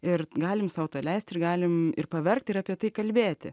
ir galim sau tą leist ir galim ir paverkti ir apie tai kalbėti